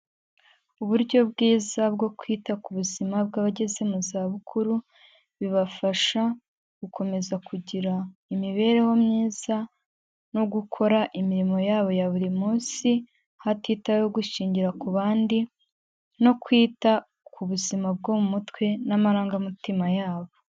Uburyo bwiza bwo kwita ku buzima bw'abageze mu zabukuru, bibafasha gukomeza kugira imibereho myiza no gukora imirimo yabo ya buri munsi hatitaweho gushingira ku bandi no kwita ku buzima bwo mu mutwe n'amarangamutima yabo.